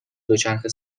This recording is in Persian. دوچرخه